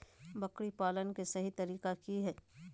बकरी पालन के सही तरीका की हय?